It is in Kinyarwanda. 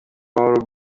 w’urugo